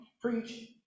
preach